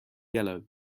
yellow